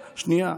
שנייה.